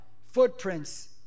footprints